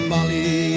Molly